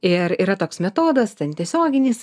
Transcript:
ir yra toks metodas ten tiesioginis